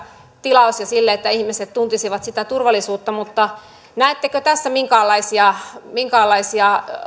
tilaus ja sille että ihmiset tuntisivat sitä turvallisuutta näettekö tässä minkäänlaisia minkäänlaisia